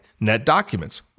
NetDocuments